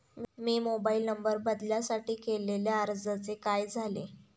मी mobile number बदलासाठी केलेल्या अर्जाचे काय झाले?